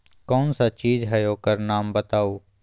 कौन सा चीज है ओकर नाम बताऊ?